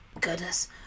Goodness